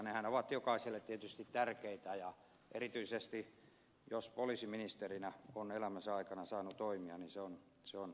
nehän ovat jokaiselle tietysti tärkeitä ja erityisesti jos poliisiministerinä on elämänsä aikana saanut toimia niin se on suuri ansio